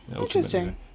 Interesting